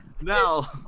Now